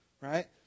Right